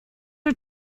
are